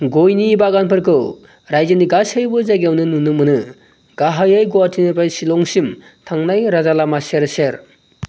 गयनि बागानफोरखौ राज्योनि गासैबो जायगायावनो नुनो मोनो गाहायै गुवाहाटीनिफ्राय शिलंसिम थांनाय राजालामा सेर सेर